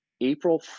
April